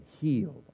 healed